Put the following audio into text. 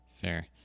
Fair